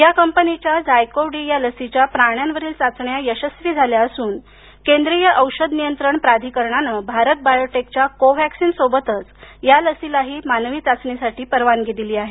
या कंपनिच्या झायकोव डी या लसीच्या प्राण्यांवरील चाचण्या यशस्वी झाल्या असून केंद्रीय औषध नियंत्रण प्राधिकरणानं भारत बायोटेकच्या कोव्हॅक्सीन सोबतच या लसीलाही चाचणी मानवीसाठी परवानगी दिली आहे